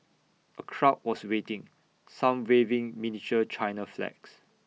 A crowd was waiting some waving miniature China flags